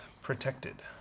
protected